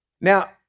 Now